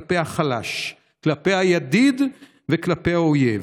כלפי החלש, כלפי הידיד וכלפי האויב.